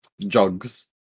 jugs